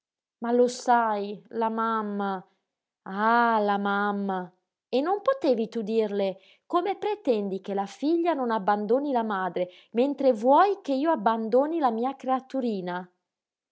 ma lo sai la mamma ah la mamma e non potevi tu dirle come pretendi che la figlia non abbandoni la madre mentre vuoi che io abbandoni la mia creaturina